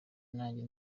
nanjye